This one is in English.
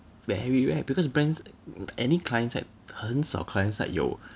very rare because brands any clients side 很少 client side 有